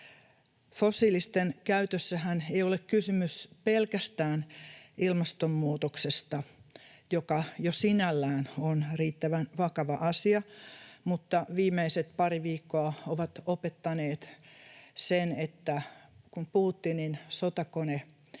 Fossiilisten käytössähän ei ole kysymys pelkästään ilmastonmuutoksesta, joka jo sinällään on riittävän vakava asia, vaan viimeiset pari viikkoa ovat opettaneet sen, että kun Putinin sotakone